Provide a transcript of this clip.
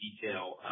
detail